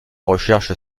recherche